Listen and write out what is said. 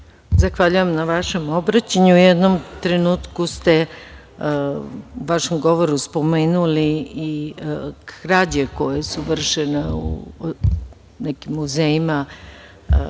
Zahvaljujem na vašem obraćanju. U jednom trenutku ste u vašem govoru spomenuli i krađe koje su vršene po nekim muzejima